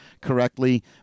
correctly